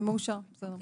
ומאושר, בסדר.